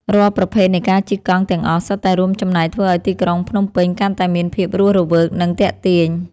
រាល់ប្រភេទនៃការជិះកង់ទាំងអស់ សុទ្ធតែរួមចំណែកធ្វើឱ្យទីក្រុងភ្នំពេញកាន់តែមានភាពរស់រវើក និងទាក់ទាញ។